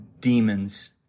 demons